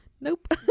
nope